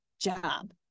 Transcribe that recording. job